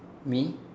me